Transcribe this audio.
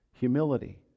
Humility